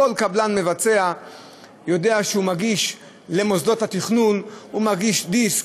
כל קבלן מבצע יודע שהוא מגיש למוסדות התכנון דיסק,